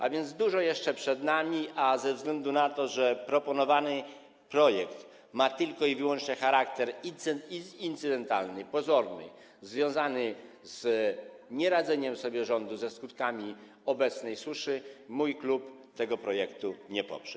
A więc dużo jeszcze przed nami, a ze względu na to, że proponowany projekt ma tylko i wyłącznie charakter incydentalny, pozorny, związany z nieradzeniem sobie rządu ze skutkami obecnej suszy, mój klub tego projektu nie poprze.